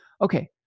okay